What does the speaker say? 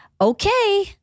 Okay